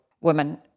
women